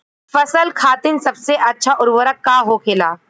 फसल खातीन सबसे अच्छा उर्वरक का होखेला?